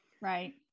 right